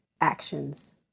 actions